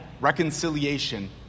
reconciliation